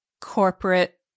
corporate